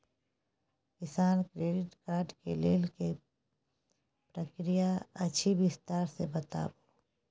किसान credit card के लेल की प्रक्रिया अछि विस्तार से बताबू?